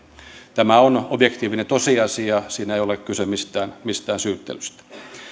tämä on objektiivinen tosiasia siinä ei ole kyse mistään mistään syyttelystä